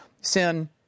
sin